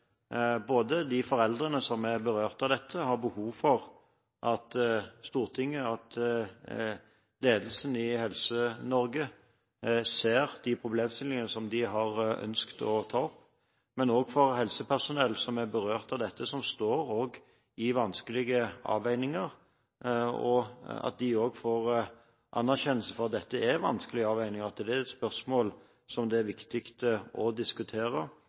som er berørt av dette, har behov for at Stortinget, at ledelsen i Helse-Norge, ser de problemstillingene som de har ønsket å ta opp, men også for at helsepersonell som er berørt av dette, som står i vanskelige avveininger, får anerkjennelse for at dette er vanskelige avveininger, at det er spørsmål som det er viktig å